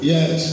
Yes